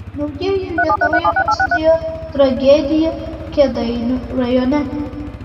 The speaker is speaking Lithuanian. naujieji lietuvoje prasidėjo tragedija kėdainių rajone